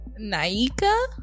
Naika